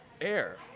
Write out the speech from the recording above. air